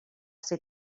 ser